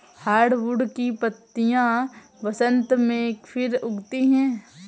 hardwood की पत्तियां बसन्त में फिर उगती हैं